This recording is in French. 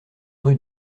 rue